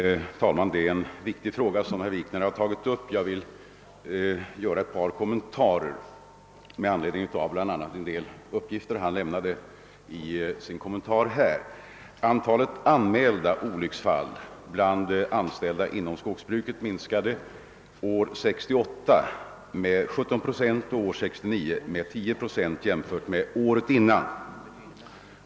Herr talman! Det är en viktig fråga som herr Wikner har tagit upp, och jag vill göra ett par kommentarer med anledning av en del uppgifter som han nu lämnade. Antalet anmälda olycksfall bland anställda inom skogsbruket minskade år 1968 med 17 procent och år 1969 med 10 procent jämfört med året före.